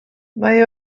mae